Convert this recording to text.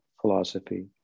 philosophy